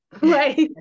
right